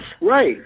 Right